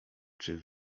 czy